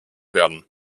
werden